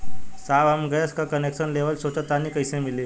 साहब हम गैस का कनेक्सन लेवल सोंचतानी कइसे मिली?